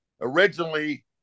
originally